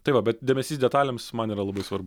tai va bet dėmesys detalėms man yra svarbu